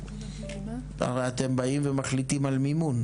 הרי אתם באים ומחליטים על מימון,